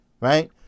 right